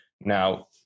Now